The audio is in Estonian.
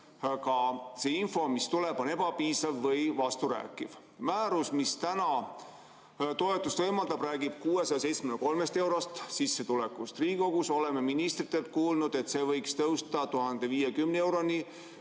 see info, mis tuleb, on ebapiisav või vasturääkiv. Määrus, mis täna toetust maksta võimaldab, räägib 673‑eurosest sissetulekust. Riigikogus oleme ministritelt kuulnud, et see võiks tõusta 1050 euroni